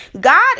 God